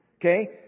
Okay